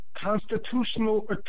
Constitutional